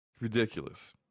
Ridiculous